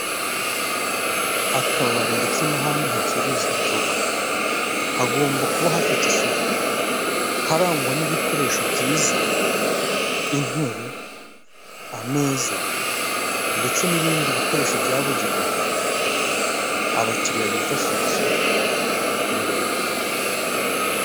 Akabari ndetse n'ahandi hacururizwa inzoga, hagomba kuba hafite isuku, harangwa n'ibikoresho byiza : intebe, ameza, ndetse n'ibindi bikoresho byabugenewe, abakiriya bifashisha iyo bari kunywa.